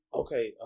okay